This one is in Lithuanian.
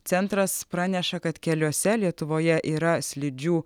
centras praneša kad keliuose lietuvoje yra slidžių